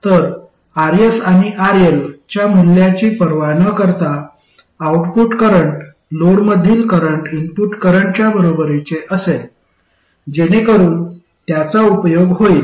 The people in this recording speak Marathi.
तर RS आणि RL च्या मूल्यांची पर्वा न करता आउटपुट करंट लोडमधील करंट इनपुट करंटच्या बरोबरीचे असेल जेणेकरून त्याचा उपयोग होईल